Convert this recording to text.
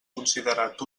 considerat